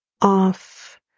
off